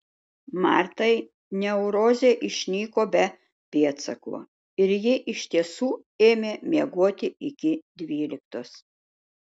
martai neurozė išnyko be pėdsako ir ji iš tiesų ėmė miegoti iki dvyliktos